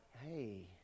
hey